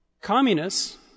Communists